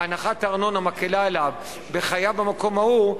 והנחת הארנונה מקלה את חייו במקום ההוא,